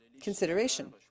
consideration